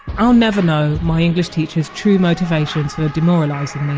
i'll never know my english teacher's true motivations for demoralising me.